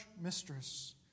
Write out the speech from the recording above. mistress